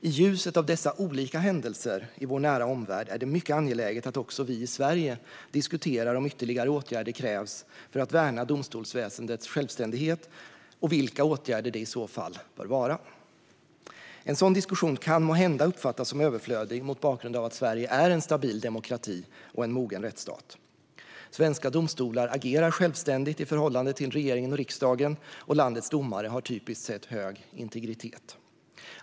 I ljuset av dessa olika händelser i vår nära omvärld är det mycket angeläget att också vi i Sverige diskuterar om ytterligare åtgärder krävs för att värna domstolsväsendets självständighet och vilka åtgärder det i så fall bör vara. En sådan diskussion kan måhända uppfattas som överflödig mot bakgrund av att Sverige är en stabil demokrati och en mogen rättsstat. Svenska domstolar agerar självständigt i förhållande till regeringen och riksdagen, och landets domare har typiskt sett hög integritet.